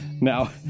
Now